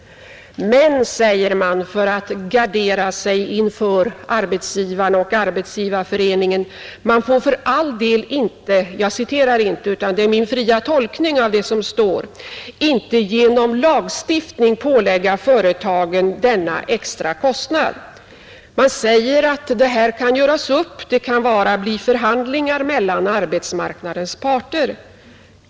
Men, säger man för att gardera sig inför arbetsgivarna och Arbetsgivareföreningen, man får för all del inte — jag citerar inte utan detta är min fria tolkning — genom lagstiftning pålägga företagen denna extrakostnad, Man säger att det här kan göras upp t.ex. vid förhandlingar mellan arbetsmarknadens parter.